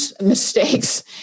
mistakes